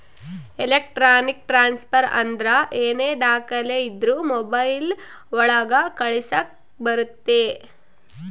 electronic transfer ಅಂದ್ರ ಏನೇ ದಾಖಲೆ ಇದ್ರೂ ಮೊಬೈಲ್ ಒಳಗ ಕಳಿಸಕ್ ಬರುತ್ತೆ